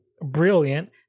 brilliant